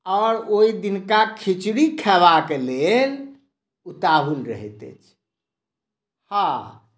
और ओहि दिनका खिचड़ी खयबाकेँ लेल उताहुल रहैत अछि हँ